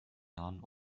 nahen